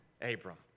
Abram